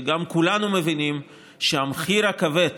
וכולנו גם מבינים שהמחיר הכבד